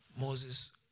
Moses